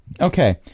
Okay